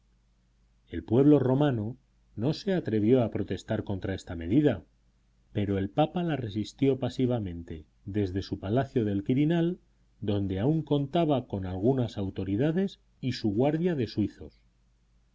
el pueblo romano no se atrevió a protestar contra esta medida pero el papa la resistió pasivamente desde su palacio del quirinal donde aún contaba con algunas autoridades y su guardia de suizos